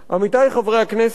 עמיתי חברי הכנסת,